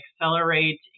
accelerate